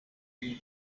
y’u